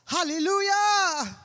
Hallelujah